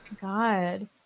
God